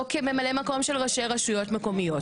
כממלאי מקום של ראשי רשויות המקומיות.